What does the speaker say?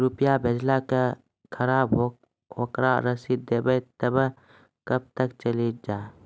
रुपिया भेजाला के खराब ओकरा रसीद देबे तबे कब ते चली जा?